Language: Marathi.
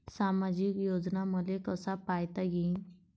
सामाजिक योजना मले कसा पायता येईन?